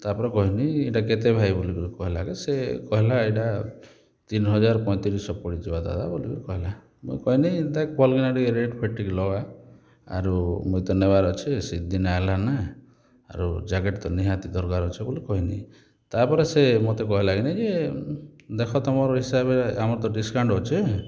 ତା'ପରେ କହିଲି ଏଇଟା କେତେ ଭାଇ ବୋଲି କହିଲାରୁ ସେ କହିଲା ଏଇଟା ତିନି ହଜାର ପଇଁତିରିଶିଶହ ପଡ଼ି ଯିବ ଦାଦା ବୋଲି କହିଲା ମୁଁ କହିଲି ତାକୁ ଭଲ କିନା ଟିକେ ରେଟ୍ ଫେଟ୍ ଟିକେ ଲଗା ଆରୁ ମଇଁ ତ ନେବାର୍ ଅଛି ଶୀତ ଦିନ ହେଲା ନା ଆରୁ ଜ୍ୟାକେଟ୍ ତ ନିହାତି ଦରକାର ଅଛି ବୋଲି କହିଲି ତା'ପରେ ସେ ମୋତେ କହିଲା କିଁ ଦେଖ ତୁମ ହିସାବରେ ଆମ ତ ଡିସ୍କାଉଣ୍ଟ ଅଛି